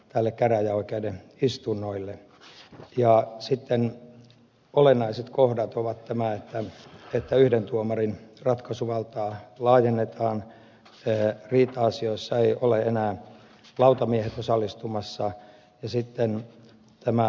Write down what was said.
kokoonpanoja käräjäoikeuden istunnoille ja sitten olennaiset kohdat ovat nämä että yhden tuomarin ratkaisuvaltaa laajennetaan riita asioissa ei ole enää lautamiehet osallistumassa ja sitten tämä